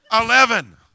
Eleven